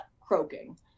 croaking